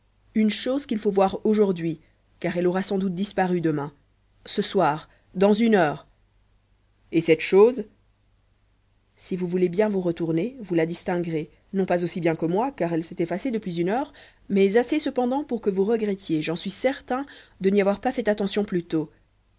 une chose qu'il faut voir aujourd'hui car elle aura sans doute disparu demain ce soir dans une heure et cette chose si vous voulez bien vous retourner vous la distinguerez non pas aussi bien que moi car elle s'est effacée depuis une heure mais assez cependant pour que vous regrettiez j'en suis certain de n'y avoir pas fait attention plus tôt